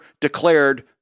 declared